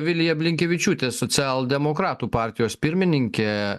vilija blinkevičiūtė socialdemokratų partijos pirmininkė